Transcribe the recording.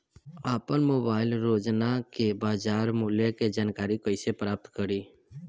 आपन मोबाइल रोजना के बाजार मुल्य के जानकारी कइसे प्राप्त करी?